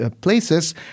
places